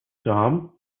tom